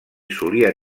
solia